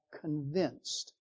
convinced